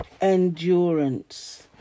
Endurance